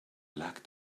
black